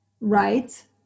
right